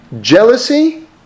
jealousy